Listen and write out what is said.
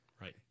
Right